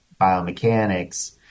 biomechanics